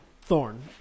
Thorn